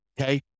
Okay